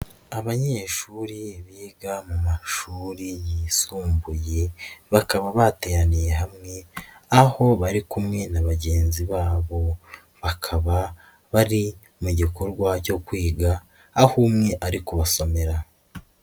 Abanyeshuri biga mu mashuri yisumbuye bakaba bateraniye hamwe, aho bari kumwe na bagenzi babo, bakaba bari mu gikorwa cyo kwiga aho umwe ari kuba basomera.